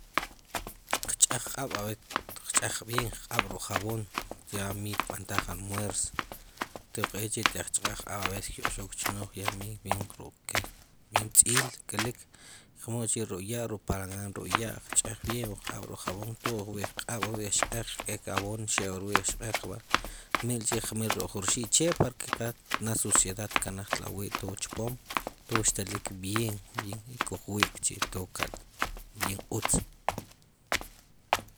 Qch'aj q'ab' qch'aj vien qq'ab' ruk javon ya min tb'antaj almuer kuj echi teq ch'aj qq'ab' aves kyoqxok chinoj ya min vien ruk ke tzil kelik' ruk'ya' ruk'palangan ruk' ya' qch'aj vien wu qq'ab'ruk' javon tod wu rwiqb'aq wu rwiq xk'eq ke'k avon xe wu rwi qxk'en njel k'chi qmel ruk ju rxilche' para ke qa nad suciedad tkanaj tlawi tod chpom tod xtelik vien vien kujwik chi' tod kalidad tod vien utz